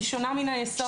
היא שונה מן היסוד.